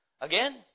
Again